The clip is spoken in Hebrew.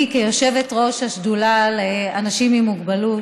אני, כיושבת-ראש השדולה לאנשים עם מוגבלות,